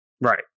Right